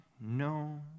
No